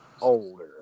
older